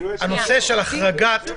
שזו מערכת בחירות קצרה,